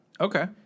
Okay